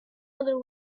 other